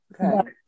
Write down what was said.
Okay